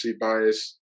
bias